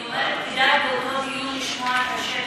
אני אומרת שכדאי באותו דיון לשמוע את השטח.